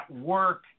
work